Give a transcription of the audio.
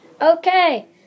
Okay